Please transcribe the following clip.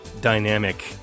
dynamic